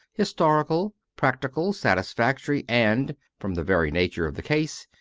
historical, practical, satisfactory, and, from the very nature of the case,